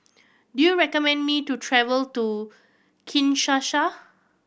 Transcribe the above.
do you recommend me to travel to Kinshasa